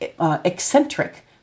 eccentric